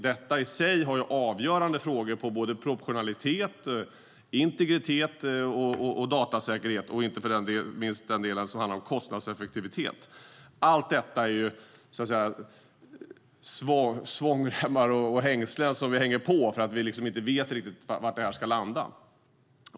Detta i sig är avgörande frågor vad gäller proportionalitet, integritet och datasäkerhet, och inte minst handlar det om kostnadseffektivitet. Allt detta är svångremmar och hängslen som vi hänger på för att vi inte riktigt vet var det här ska landa.